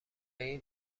این